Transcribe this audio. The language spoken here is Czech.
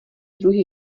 druhý